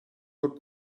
autres